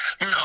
No